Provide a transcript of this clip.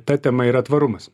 ta tema yra tvarumas